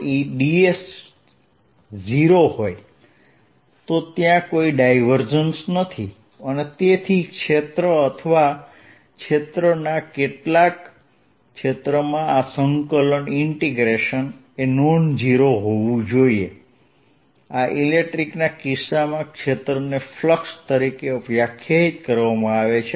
ds 0 હોય તો ત્યાં કોઈ ડાયવર્જન્સ નથી અને તેથી ક્ષેત્ર અથવા ક્ષેત્રના કેટલાક ક્ષેત્રમાં આ સંકલન એ નોન ઝીરો હોવું જોઈએ અને આ ઇલેક્ટ્રિકના કિસ્સામાં ક્ષેત્રને ફ્લક્સ તરીકે વ્યાખ્યાયિત કરવામાં આવે છે